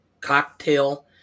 Cocktail